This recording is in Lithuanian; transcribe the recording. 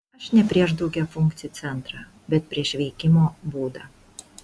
aš ne prieš daugiafunkcį centrą bet prieš veikimo būdą